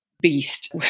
beast